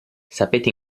sapete